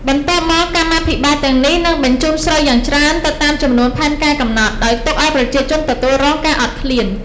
បន្ទាប់មកកម្មាភិបាល ទាំងនេះនឹងបញ្ជូនស្រូវយ៉ាងច្រើនទៅតាមចំនួនផែនការកំណត់ ដោយទុកឱ្យប្រជាជនទទួលរងការអត់ឃ្លាន។